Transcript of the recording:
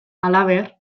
halaber